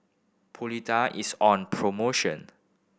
polida is on promotion